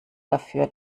dafür